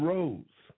Rose